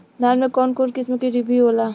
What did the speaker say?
धान में कउन कउन किस्म के डिभी होला?